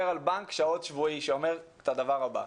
על בנק שעות שבועי שאומר את הדבר הבא,